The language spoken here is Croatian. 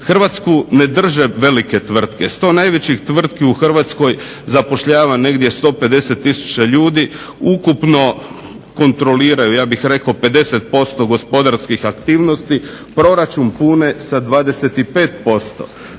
Hrvatsku ne drže velike tvrtke, 100 najvećih tvrtki u Hrvatskoj zapošljava negdje 150 tisuća ljudi, ukupno kontroliraju ja bih rekao 50% gospodarskih aktivnosti, proračun pune sa 25%.